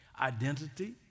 identity